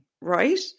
right